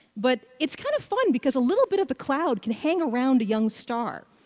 but it's kind of fun because a little bit of the cloud can hang around a young star.